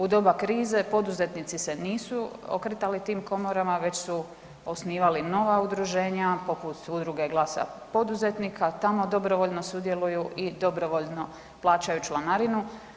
U doba krize poduzetnici se nisu okretali tim komorama već su osnivali nova udruženja, poput udruge Glasa poduzetnika, tamo dobrovoljno sudjeluju i dobrovoljno plaćaju članarinu.